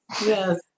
Yes